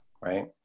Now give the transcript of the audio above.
Right